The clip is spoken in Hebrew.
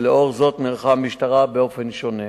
ולכן המשטרה נערכה באופן שונה.